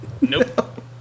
Nope